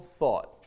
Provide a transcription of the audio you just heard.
thought